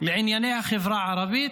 לענייני החברה הערבית